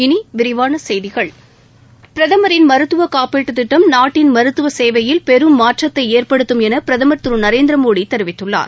இனி விரிவான செய்திகள் பிரதமரின் மருத்துவ காப்பீட்டுத் திட்டம் நாட்டின் மருத்துவ சேவையில் பெரும் மாற்றத்தை ஏற்படுத்தும் என பிரதமர் திரு நரேந்திரமோடி தெரிவித்துள்ளார்